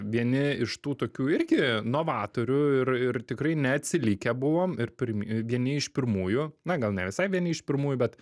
vieni iš tų tokių irgi novatorių ir ir tikrai neatsilikę buvom ir pirmi vieni iš pirmųjų na gal ne visai vieni iš pirmųjų bet